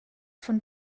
von